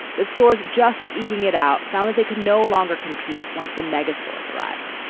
the store's just eking it out, felt they could no longer compete once the megastores arrived,